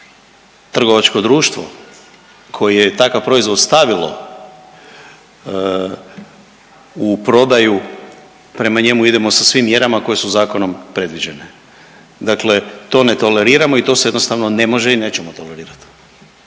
trgovačko društvo koje je takav proizvod stavilo u prodaju prema njemu idemo sa svim mjerama koje su zakonom predviđene. Dakle, to ne toleriramo i to se jednostavno ne može i nećemo tolerirati.